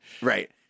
Right